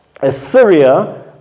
Assyria